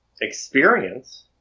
experience